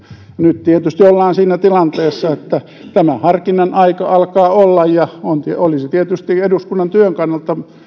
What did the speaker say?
nyt tietysti ollaan siinä tilanteessa että tämä harkinnan aika alkaa olla ja olisi tietysti eduskunnan työn kannalta